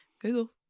Google